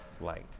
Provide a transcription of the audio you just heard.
light